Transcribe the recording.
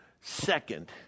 second